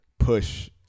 push